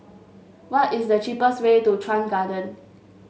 what is the cheapest way to Chuan Garden